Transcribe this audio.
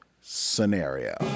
Scenario